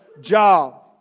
job